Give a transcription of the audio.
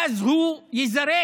ואז הוא ייזרק,